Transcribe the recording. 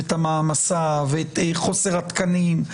המעמסה ואת חוסר התקנים.